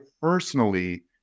personally